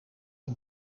een